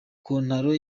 kontaro